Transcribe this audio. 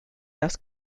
thus